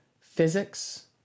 physics